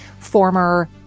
former